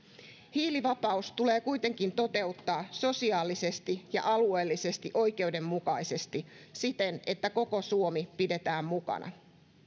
hiilivapaus tulee kuitenkin toteuttaa sosiaalisesti ja alueellisesti oikeudenmukaisesti siten että koko suomi pidetään mukana